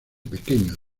pequeño